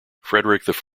frederick